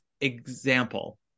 example